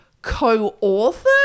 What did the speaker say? co-author